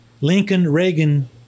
Lincoln-Reagan